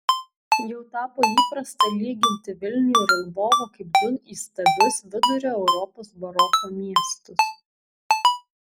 jau tapo įprasta lyginti vilnių ir lvovą kaip du įstabius vidurio europos baroko miestus